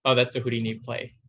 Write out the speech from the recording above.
ah that's the houdini play.